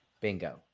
Bingo